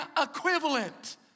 equivalent